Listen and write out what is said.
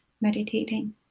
meditating